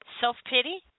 self-pity